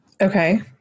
Okay